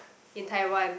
in Taiwan